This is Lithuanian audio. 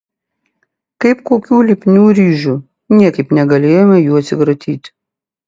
kaip kokių lipnių ryžių niekaip negalėjome jų atsikratyti